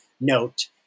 note